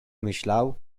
myślał